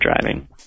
driving